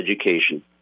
education